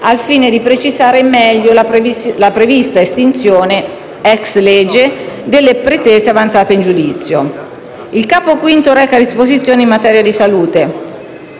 al fine di precisare meglio la prevista estinzione *ex lege* delle pretese avanzate in giudizio. Il Capo V reca disposizioni in materia di salute.